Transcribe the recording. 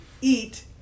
eat